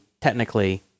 technically